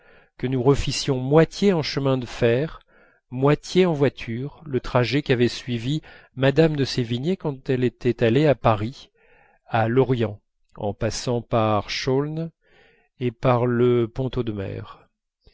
que nous refissions moitié en chemin de fer moitié en voiture le trajet qu'avait suivi mme de sévigné quand elle était allée de paris à l'orient en passant par chaulnes et par le